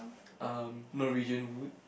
um no religion would